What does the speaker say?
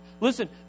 Listen